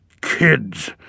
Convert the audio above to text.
Kids